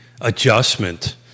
adjustment